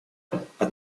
тупик